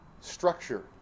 structure